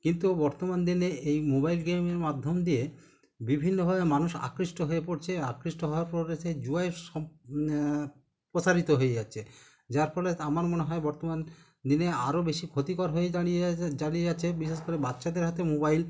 কিন্তু বর্তমান দিনে এই মোবাইল গেমের মাধ্যম দিয়ে বিভিন্নভাবে মানুষ আকৃষ্ট হয়ে পড়ছে আকৃষ্ট হওয়ার পড়ে সে জুয়ায় সম প্রসারিত হয়ে যাচ্ছে যার ফলে তা আমার মনে হয় বর্তমান দিনে আরো বেশি ক্ষতিকর হয়ে দাঁড়িয়ে আছে দাঁড়িয়ে যাচ্ছে বিশেষ করে বাচ্চাদের হাতে মোবাইল